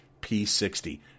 P60